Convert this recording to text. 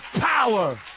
power